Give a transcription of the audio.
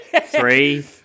Three